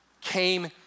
came